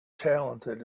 talented